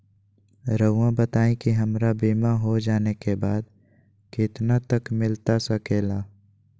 रहुआ बताइए कि हमारा बीमा हो जाने के बाद कितना तक मिलता सके ला?